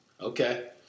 Okay